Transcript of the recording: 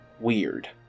weird